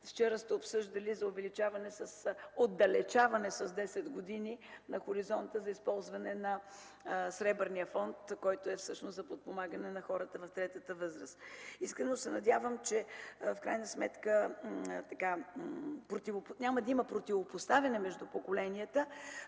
вчера сте обсъждали – за отдалечаване с 10 години на хоризонта за използване на Сребърния фонд, който е всъщност за подпомагане на хората в третата възраст. Искрено се надявам, че в крайна сметка няма да има противопоставяне между поколенията,